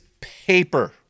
paper